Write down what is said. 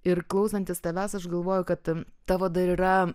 ir klausantis tavęs aš galvoju kad tavo dar yra